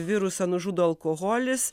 virusą nužudo alkoholis